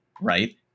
right